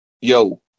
yo